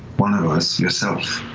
one of us, yourself,